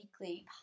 weekly